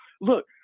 Look